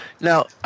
Now